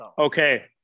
Okay